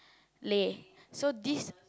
Lei so this